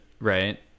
Right